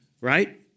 Right